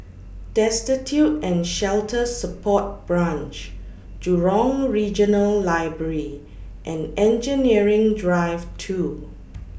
Destitute and Shelter Support Branch Jurong Regional Library and Engineering Drive two